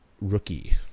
rookie